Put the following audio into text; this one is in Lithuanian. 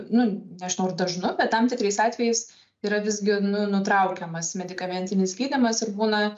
nu nežinau ar dažnu bet tam tikrais atvejais yra visgi nu nutraukiamas medikamentinis gydymas ir būna